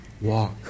walk